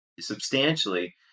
substantially